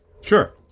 Sure